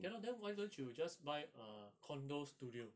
okay lor then why don't you just buy a condo studio